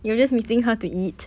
you just meeting her to eat